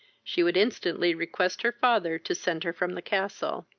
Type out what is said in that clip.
she would instantly request her father to send her from the castle.